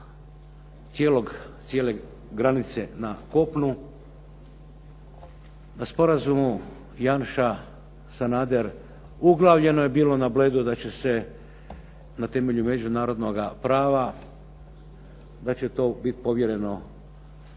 95, 96% cijele granice na kopnu. Sporazumu Janša-Sanader uglavljeno je bilo na Bledu da će se na temelju međunarodnoga prava, da će to biti povjereno